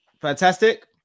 Fantastic